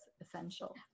essential